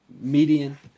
median